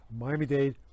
Miami-Dade